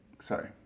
sorry